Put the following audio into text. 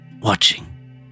watching